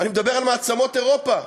אני מדבר על מעצמות אירופה,